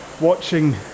watching